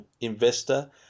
investor